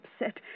upset